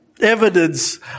Evidence